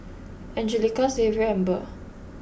Angelica Xavier and Burr